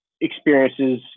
experiences